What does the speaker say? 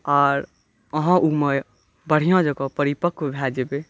आओर अहाँ ओहिमे बढ़िऑं जकाँ परिपक्व भऽ जेबै